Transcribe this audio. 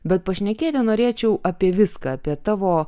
bet pašnekėti norėčiau apie viską apie tavo